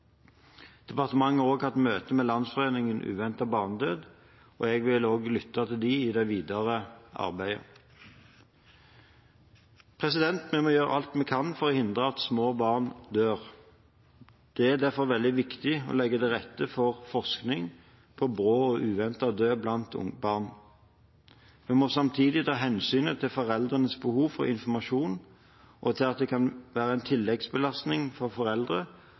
Departementet har også hatt møte med Landsforeningen uventet barnedød, og jeg vil lytte til dem i det videre arbeidet. Vi må gjøre alt vi kan for å hindre at små barn dør. Det er derfor veldig viktig å legge til rette for forskning på brå og uventet død blant barn. Vi må samtidig ta hensyn til foreldrenes behov for informasjon og til at det kan være en tilleggsbelastning for foreldre